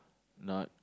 not